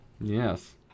Yes